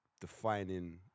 defining